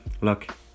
look